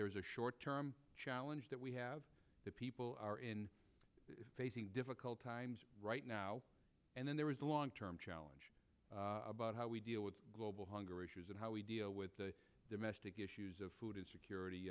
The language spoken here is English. there is a short term challenge that we have that people are in facing difficult times right now and then there is a long term challenge about how we deal with global hunger issues and how we deal with the domestic issues of food insecurity